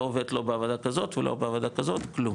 לא עובד לא בעבודה כזאת ולא בעבודה כזאת, כלום